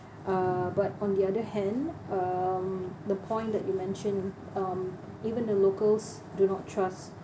uh but on the other hand um the point that you mention um even the locals do not trust